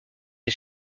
des